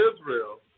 Israel